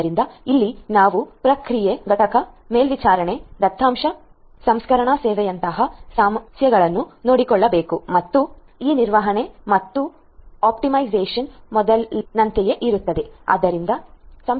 ಆದ್ದರಿಂದ ಇಲ್ಲಿ ನಾವು ಪ್ರಕ್ರಿಯೆ ಘಟಕ ಮೇಲ್ವಿಚಾರಣೆ ದತ್ತಾಂಶ ಸಂಸ್ಕರಣಾ ಸೇವೆಯಂತಹ ಸಮಸ್ಯೆಗಳನ್ನು ನೋಡಿಕೊಳ್ಳಬೇಕು ಮತ್ತು ಮತ್ತೆ ಈ ನಿರ್ವಹಣೆ ಮತ್ತು ಆಪ್ಟಿಮೈಸೇಶನ್ ಮೊದಲಿನಂತೆಯೇ ಇರುತ್ತದೆ